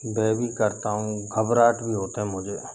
भय भी करता हूँ घबराहट भी होती है मुझे